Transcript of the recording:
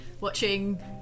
watching